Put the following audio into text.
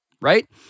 right